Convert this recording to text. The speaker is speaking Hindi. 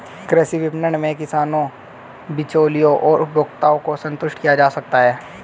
कृषि विपणन में किसानों, बिचौलियों और उपभोक्ताओं को संतुष्ट किया जा सकता है